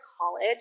college